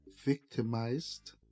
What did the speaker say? victimized